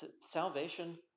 salvation